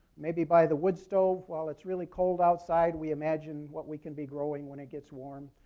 maybe by the woodstove while it's really cold outside. we imagine what we can be growing when it gets warm.